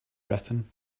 britain